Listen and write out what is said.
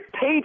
paid